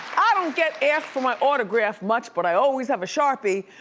i don't get asked for my autograph much but i always have a sharpie,